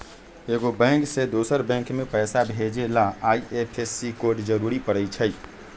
एगो बैंक से दोसर बैंक मे पैसा भेजे ला आई.एफ.एस.सी कोड जरूरी परई छई